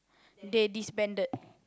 they disbanded